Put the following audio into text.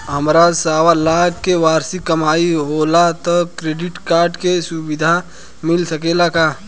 हमार सवालाख के वार्षिक कमाई होला त क्रेडिट कार्ड के सुविधा मिल सकेला का?